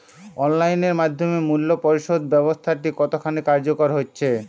Online এর মাধ্যমে মূল্য পরিশোধ ব্যাবস্থাটি কতখানি কার্যকর হয়েচে?